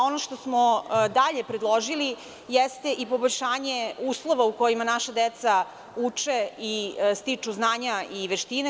Ono što smo dalje predložili jeste poboljšanje uslova u kojima naša deca uče i stiču znanja i veštine.